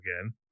again